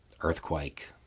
earthquake